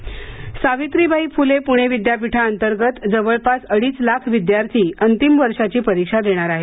पणे विद्यापीठ सावित्रीबाई फुले पूणे विद्यापीठ अंतर्गत जवळपास अडीच लाख विद्यार्थी अंतिम वर्षाची परीक्षा देणार आहेत